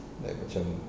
like macam